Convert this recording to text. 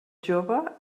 jove